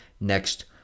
next